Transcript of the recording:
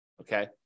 okay